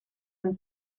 men